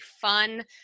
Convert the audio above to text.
fun